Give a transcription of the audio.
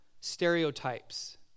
stereotypes